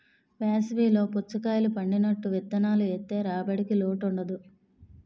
వేసవి లో పుచ్చకాయలు పండినట్టు విత్తనాలు ఏత్తె రాబడికి లోటుండదు